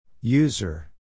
User